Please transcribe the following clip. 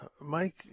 Mike